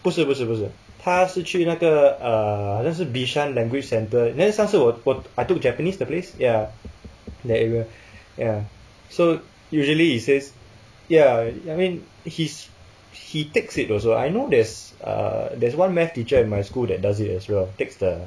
不是不是不是他是去那个 ah 好像是 bishan language centre there 上次我 I took japanese the place ya that area ya so usually he says ya I mean he's he takes it also I know there's uh there's one math teacher in my school that does it as well takes the